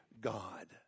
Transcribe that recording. God